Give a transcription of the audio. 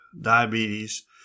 diabetes